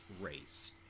race